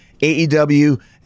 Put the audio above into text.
AEW